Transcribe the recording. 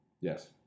Yes